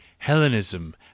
Hellenism